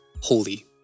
holy